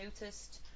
noticed